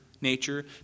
nature